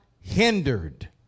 hindered